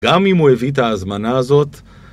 גם אם הוא הביא את ההזמנה הזאת